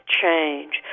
change